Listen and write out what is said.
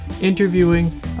interviewing